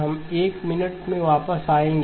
हम एक मिनट में वापस आएंगे